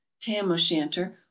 tam-o'-shanter